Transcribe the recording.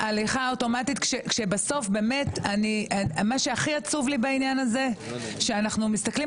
אוטומטית כשבסוף באמת מה שהכי עצוב לי בעניין הזה זה שאנחנו מסתכלים